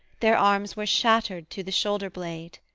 their arms were shattered to the shoulder blade.